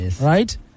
right